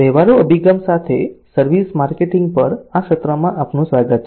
વ્યવહારુ અભિગમ સાથે સર્વિસ માર્કેટિંગ પર આ સત્રમાં આપનું સ્વાગત છે